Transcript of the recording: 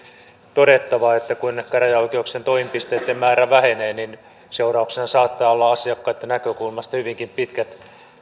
todettava että kun käräjäoikeuksien toimipisteitten määrä vähenee niin seurauksena saattaa olla asiakkaiden näkökulmasta hyvinkin pitkät